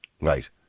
Right